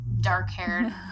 dark-haired